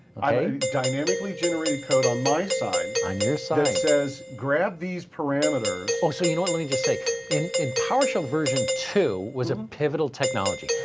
dynamically generated code on my side. on your side. that says grab these parameters. so you know what, let me just say, in in powershell version two was a pivotal technology.